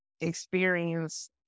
experience